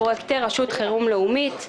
פרויקטי רשות חירום לאומית.